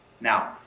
Now